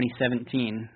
2017